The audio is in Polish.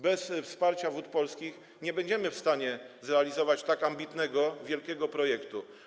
Bez wsparcia Wód Polskich nie będziemy w stanie zrealizować tak ambitnego, wielkiego projektu.